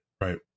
right